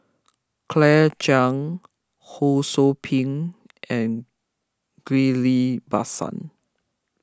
Claire Chiang Ho Sou Ping and Ghillie Bassan